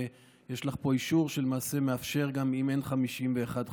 שיש לך פה אישור שלמעשה מאפשר שהחוק יעבור גם אם אין 51 ח"כים,